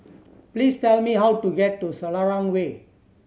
please tell me how to get to Selarang Way